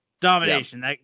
Domination